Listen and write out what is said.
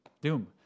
Doom